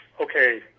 Okay